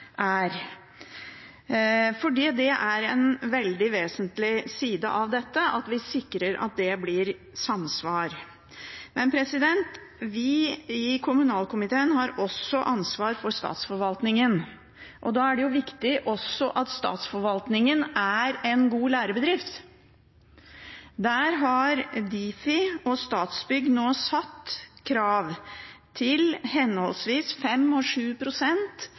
fordi det er en veldig vesentlig side av dette at vi sikrer at det blir samsvar. Vi i kommunalkomiteen har også ansvar for statsforvaltningen. Da er det også viktig at statsforvaltningen er en god lærebedrift. Der har Difi og Statsbygg nå satt krav til at henholdsvis